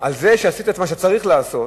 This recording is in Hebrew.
על זה שעשית את מה שצריך לעשות,